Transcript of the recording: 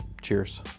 Cheers